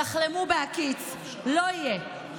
תחלמו בהקיץ, לא יהיה.